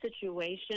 situation